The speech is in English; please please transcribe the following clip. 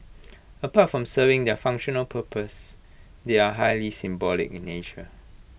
apart from serving their functional purpose they are highly symbolic in nature